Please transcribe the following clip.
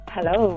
Hello